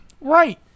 Right